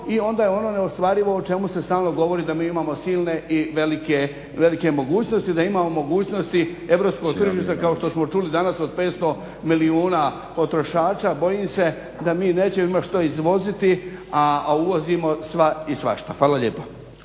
i onda je ono neostvarivo o čemu se stalno govori da mi imamo silne i velike mogućnosti, da imamo mogućnosti europskog tržišta kao što smo čuli danas od 500 milijuna potrošača. Bojim se da mi nećemo imati što izvoziti, a uvozimo sve i svašta. Hvala lijepa.